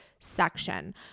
section